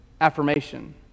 affirmation